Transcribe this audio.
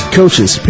coaches